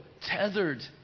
tethered